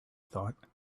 thought